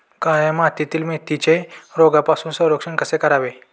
काळ्या मातीतील मेथीचे रोगापासून संरक्षण कसे करावे?